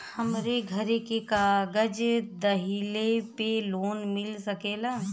हमरे घरे के कागज दहिले पे लोन मिल सकेला?